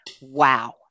wow